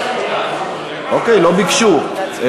אוקיי, לא ביקשו.